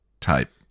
type